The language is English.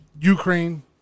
Ukraine